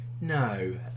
No